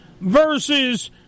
versus